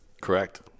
correct